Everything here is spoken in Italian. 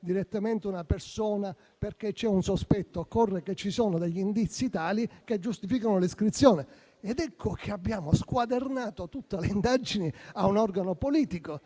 direttamente una persona perché c'è un sospetto; occorre che ci siano degli indizi tali da giustificare l'iscrizione. Ecco che, dunque, avremo squadernato tutte le indagini a un organo politico.